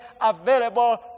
available